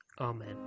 Amen